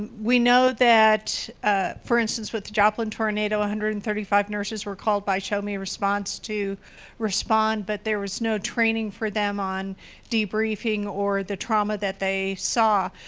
we know that for instance with the joplin tornado, one hundred and thirty five nurses were called by show-me-response to respond but there was no training for them on debriefing or the trauma that they saw.